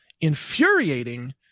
infuriating